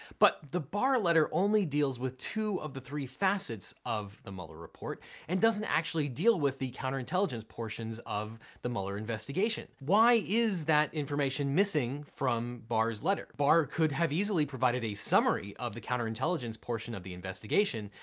but the barr letter only deals with two of the three facets of the mueller report and doesn't actually deal with the counter-intelligence portions of the mueller investigation. why is that information missing from barr's letter? barr could have easily provided a summary of the counter-intelligence portion of the investigation,